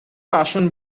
passion